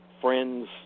friends